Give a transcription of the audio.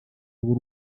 rw’u